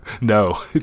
no